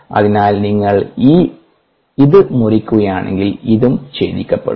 അതിനാൽ നിങ്ങൾ ഇത് മുറിക്കുകയാണെങ്കിൽ ഇതും ഛേദിക്കപ്പെടും